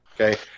okay